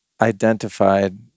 identified